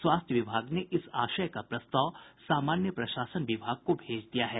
स्वास्थ्य विभाग ने इस आशय का प्रस्ताव समान्य प्रशासन विभाग को भेज दिया है